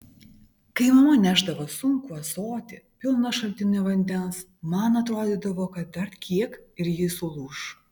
kai mama nešdavo sunkų ąsotį pilną šaltinio vandens man atrodydavo kad dar kiek ir ji sulūš